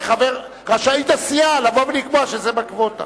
רשאית הסיעה לבוא ולקבוע שזה בקווטה.